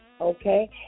okay